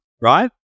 right